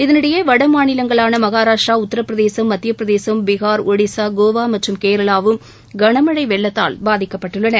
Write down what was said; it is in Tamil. இதனிடையே வட மாநிலங்களான மகாராஷ்டிரா உத்திரப்பிரதேசம் மத்திய பிரதேசம் பீகார் ஒடிஸா கோவா மற்றும் கேரளாவும் கனமழை வெள்ளத்தால் பதிக்கப்பட்டுள்ளன